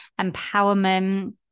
empowerment